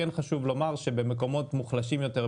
כן חשוב לומר שבמקומות מוחלשים יותר,